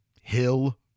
hill